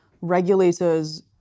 regulators